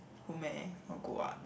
cool meh not good what